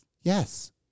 Yes